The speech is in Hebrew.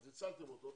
אז ניצלתם אותו.